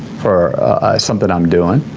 for something i'm doing.